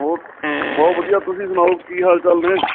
ਹੋਰ ਬਹੁਤ ਵਧੀਆ ਤੁਸੀਂ ਸੁਣਾਓ ਕੀ ਹਾਲ ਚਾਲ ਨੇ